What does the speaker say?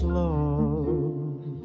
love